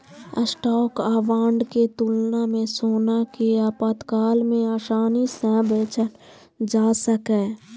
stock आ bond के तुलना मे सोना कें आपातकाल मे आसानी सं बेचल जा सकैए